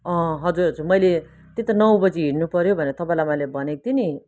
हजुर हजुर मैले त्यही त नौ बजी हिँड्नु पऱ्यो भनेर तपाईँलाई मैले भनेको थिएँ नि